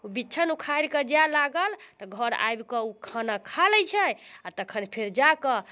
ओ बिछन उखाड़ि जै लागल तऽ घर आबिकऽ उ खाना खा लै छै आओर तखन फेर जाकऽ